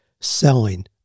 selling